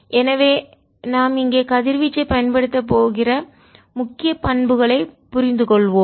எனவே நாம் இங்கே கதிர்வீச்சைப் பயன்படுத்தப் போகிற முக்கிய பண்புகளைப் புரிந்து கொள்வோம்